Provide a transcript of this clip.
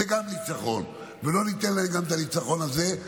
גם זה ניצחון, ולא ניתן להם גם את הניצחון הזה.